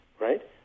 right